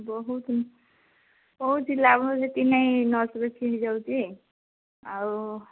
ବହୁତ ବହୁତ ଲାଭ ଯେତିକି ନାଇଁ ନଷ୍ଟ ହେଇଯାଉଛି ଆଉ